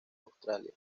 australia